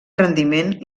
rendiment